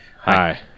Hi